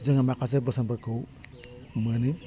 जोङो माखासे बोसोनफोरखौ मोनो